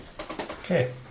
Okay